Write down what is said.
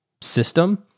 system